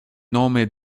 nome